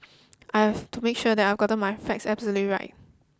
I have to make sure I have gotten my facts absolutely right